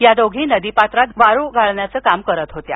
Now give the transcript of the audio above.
या दोघी नदी पात्रात वाळू गाळण्याचे काम करत होत्या